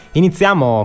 Iniziamo